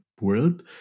world